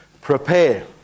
Prepare